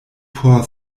por